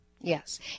Yes